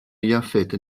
jafet